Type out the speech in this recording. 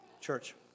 Church